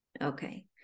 Okay